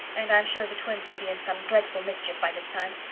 and i'm sure the twins will be in some dreadful mischief by this time.